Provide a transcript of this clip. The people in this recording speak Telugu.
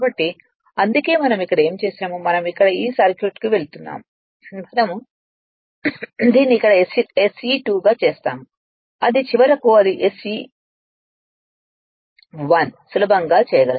కాబట్టి అందుకే మనం ఇక్కడ ఏమి చేసాము మనం ఇక్కడ ఈ సర్క్యూట్కు వెళుతున్నాం మనం దీన్ని ఇక్కడ SE2 గా చేసాము అది చివరికి అది SE1 సులభంగా చేయగలదు